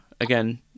again